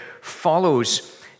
follows